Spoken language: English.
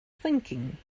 thinking